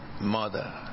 mother